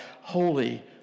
Holy